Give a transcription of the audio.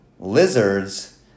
lizards